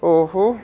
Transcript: ਉਹ